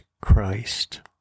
Christ